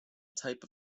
type